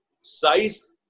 size